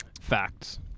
Facts